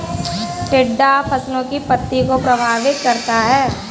टिड्डा फसलों की पत्ती को प्रभावित करता है